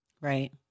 right